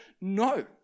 No